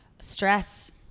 Stress